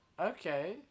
Okay